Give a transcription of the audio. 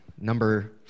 number